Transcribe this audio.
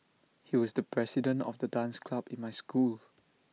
he was the president of the dance club in my school